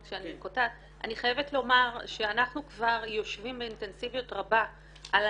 אני מסתכלת על ההפרדה של כרטיסי האשראי שגם שם זו